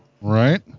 Right